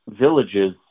villages